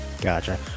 Gotcha